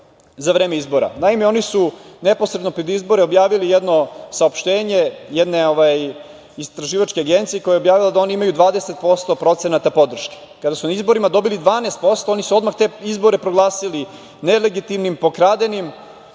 za vreme izbora. Naime, oni su neposredno pred izbore objavili jedno saopštenje jedne istraživačke agencije koja je objavila da oni imaju 20% podrške. Kada su na izborima dobili 12% oni su odmah te izbore proglasili nelegitimnim, pokradenim